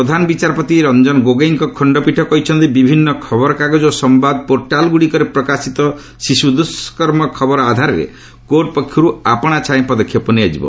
ପ୍ରଧାନ ବିଚାରପତି ରଞ୍ଜନ ଗୋଗୋଇଙ୍କ ଖଣ୍ଡପୀଠ କହିଛନ୍ତି ବିଭିନ୍ନ ଖବରକାଗଜ ଓ ସମ୍ଭାଦ ପୋର୍ଟାଲ୍ଗୁଡ଼ିକରେ ପ୍ରକାଶିତ ଶିଶୁ ଦୁଷ୍କର୍ମ ଖବର ଆଧାରରେ କୋର୍ଟ ପକ୍ଷରୁ ଆପଣାଛାଏଁ ପଦକ୍ଷେପ ନିଆଯିବ